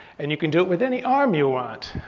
and you can do it with any arm you want.